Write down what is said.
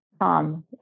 Tom